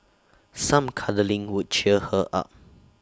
some cuddling would cheer her up